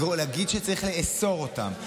להגיד שצריך לאסור אותם,